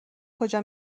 کجا